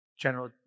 general